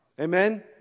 Amen